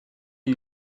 are